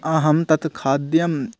अहं तत् खाद्यम्